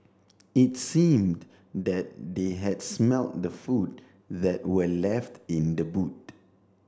it seemed that they had smelt the food that were left in the boot